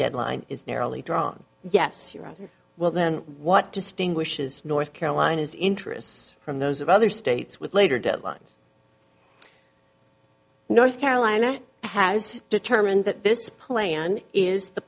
deadline is narrowly drawn yes you're right well then what distinguishes north carolina is interests from those of other states with later deadlines north carolina has determined that this plan is the